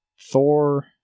Thor